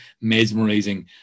mesmerizing